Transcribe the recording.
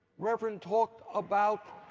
reverend talked about